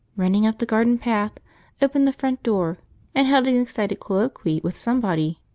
running up the garden-path, opened the front door and held an excited colloquy with somebody